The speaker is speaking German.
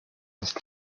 ist